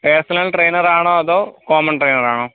personal trainer ആണോ അതോ common trainer ആണോ